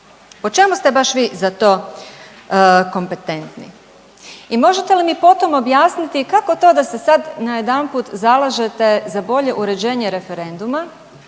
Po čemu ste baš vi za to kompetentni? I možete li mi potom objasniti kako to da se sad najedanput zalažete za bolje uređenje referenduma,